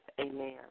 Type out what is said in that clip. amen